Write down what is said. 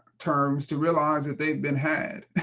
terms to realize that they've been had.